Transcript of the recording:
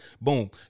boom